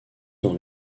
dans